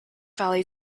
valley